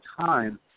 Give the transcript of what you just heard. time